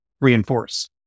reinforce